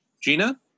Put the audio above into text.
Gina